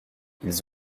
ils